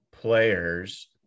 players